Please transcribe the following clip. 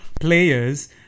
players